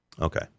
Okay